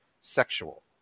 sexual